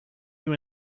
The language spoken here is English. you